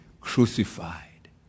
crucified